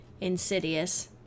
Insidious